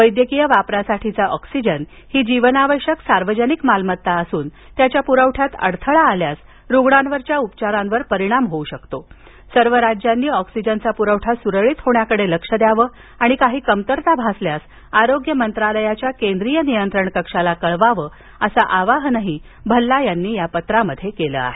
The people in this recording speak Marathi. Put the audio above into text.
वैद्यकीय वापरासाठीचा ऑक्सिजन ही जीवनावश्यक सार्वजनिक मालमत्ता असुन त्याच्या प्रवठ्यात अडथळा आल्यास रुणांवरील उपचारांवर परिणाम होऊ शकतो सर्व राज्यांनी ऑक्सिजनचा पूरवठा सुरळीत होण्याकड लक्ष द्याव आणि काही कमतरता भासल्यास आरोग्य मंत्रालयाच्या केंद्रीय नियंत्रण कक्षाला कळवावं असं आवाहन भल्ला यांनी या पत्रामध्ये केलं आहे